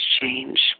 change